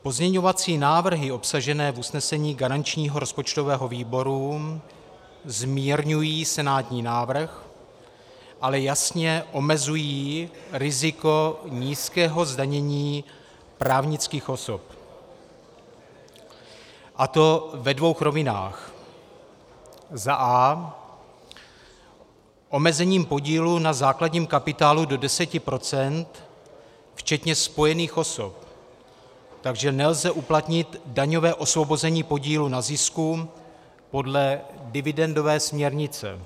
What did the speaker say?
Pozměňovací návrhy obsažené v usnesení garančního rozpočtového výboru zmírňují senátní návrh, ale jasně omezují riziko nízkého zdanění právnických osob, a to ve dvou rovinách: a) omezením podílu na základním kapitálu do 10 % včetně spojených osob, takže nelze uplatnit daňové osvobození podílu na zisku podle dividendové směrnice.